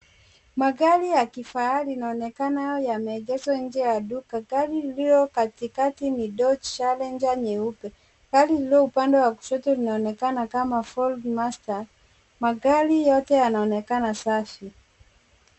Magari ya kifahari yanaonekana yameegezwa nje ya duka gari lililo katikati ni Dodge Challenger nyeupe, gari lililo upande wa kushoto linaonekana kama Ford Master, magari yote yanaonekana safi.